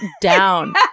down